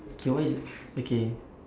K what is okay